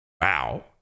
Wow